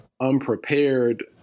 unprepared